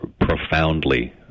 profoundly